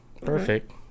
Perfect